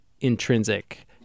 intrinsic